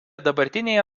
dabartinėje